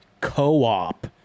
co-op